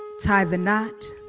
tie the knot,